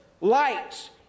lights